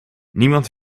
niemand